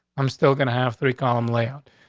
i'm still gonna have three column layout.